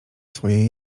swoje